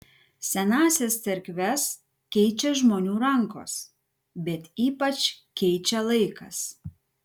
senąsias cerkves keičia žmonių rankos bet ypač keičia laikas